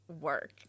work